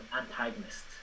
antagonist